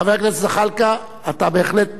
חבר הכנסת זחאלקה, אתה בהחלט עדיין,